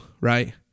right